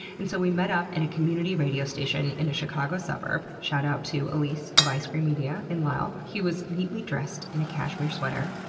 and so we met up in a community radio station in a chicago suburb shout out to elise at eyescream media in lisle. he was neatly dressed in a cashmere sweater,